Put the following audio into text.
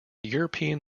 european